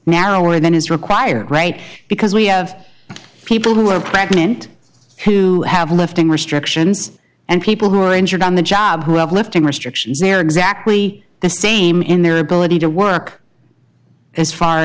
or then is required right because we have people who are pregnant who have lifting restrictions and people who are injured on the job who have lifting restrictions they are exactly the same in their ability to work as far